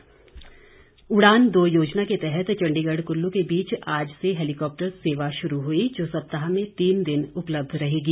उड़ान दो उड़ान दो योजना के तहत चंडीगढ़ कुल्लू के बीच आज से हेलिकॉप्टर सेवा शुरू हुई जो सप्ताह में तीन दिन उपलब्ध रहेगी